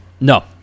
No